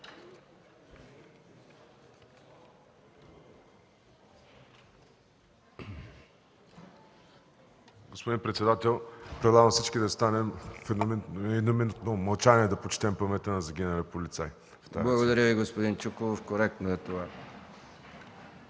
Благодаря Ви, господин Йовчев.